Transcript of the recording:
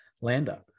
Lander